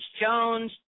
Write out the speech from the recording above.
Jones